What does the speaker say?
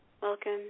welcome